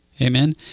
Amen